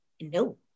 No